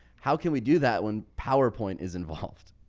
how can we do that when powerpoint is involved?